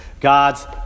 God's